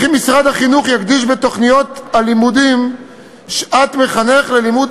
וכי משרד החינוך יקדיש בתוכניות הלימודים שעת מחנך ללימוד